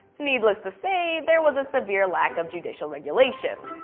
needless to say, there was a severe lack of judicial regulation.